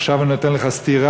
עכשיו אני נותן לך סטירה.